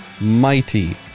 mighty